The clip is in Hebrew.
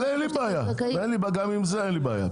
אבל אין לי בעיה, גם עם זה אין לי בעיה.